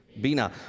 Bina